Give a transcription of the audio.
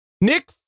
Nick